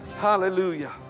Hallelujah